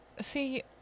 see